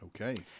Okay